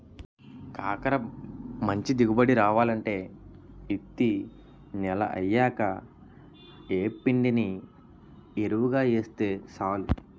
కాకర మంచి దిగుబడి రావాలంటే యిత్తి నెలయ్యాక యేప్పిండిని యెరువుగా యేస్తే సాలు